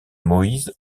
moïse